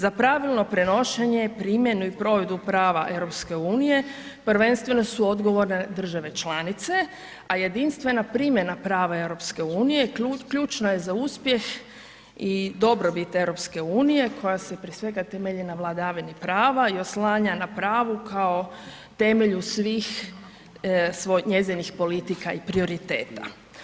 Za pravilno prenošenje, primjenu i provedbu prava EU prvenstveno su odgovorne države članice, a jedinstvena primjena prava EU ključna je za uspjeh i dobrobit EU koja se prije svega temelji na vladavini prava i oslanja na pravu kao temelju svih njezinih politika i prioriteta.